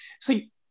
See